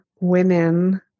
women